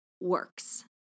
works